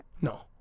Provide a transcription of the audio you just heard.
No